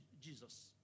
Jesus